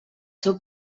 seu